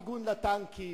מיגון לטנקים,